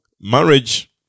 marriage